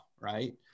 right